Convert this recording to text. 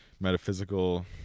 metaphysical